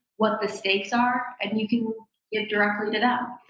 what the stakes are, and you can give directly to them.